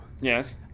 Yes